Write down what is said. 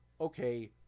okay